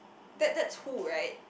that that's who right